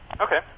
Okay